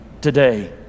today